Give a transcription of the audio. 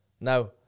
Now